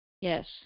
Yes